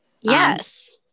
yes